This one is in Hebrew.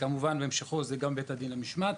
וגם עם בית הדין למשמעת,